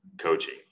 coaching